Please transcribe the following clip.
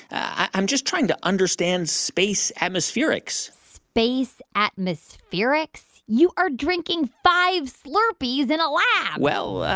i'm just trying to understand space atmospherics space atmospherics? you are drinking five slurpees in a lab well,